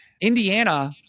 Indiana